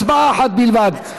הצבעה אחת בלבד.